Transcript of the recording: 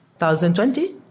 2020